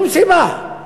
שום סיבה.